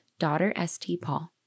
DaughterSTPaul